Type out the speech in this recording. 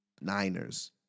Niners